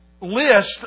list